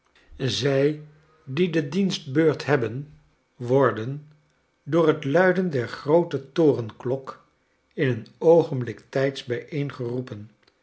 zij die de dienstbeurt hebben worden door het luiden der groote torenklok in een oogenblik tijds